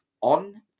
on